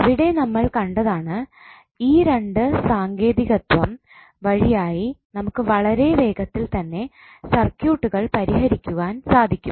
അവിടെ നമ്മൾ കണ്ടതാണ് ഈ രണ്ട് സാങ്കേതികത്വം വഴിയായി നമുക്ക് വളരെ വേഗത്തിൽ തന്നെ സർക്യൂട്ടുകൾ പരിഹരിക്കുവാൻ സാധിക്കും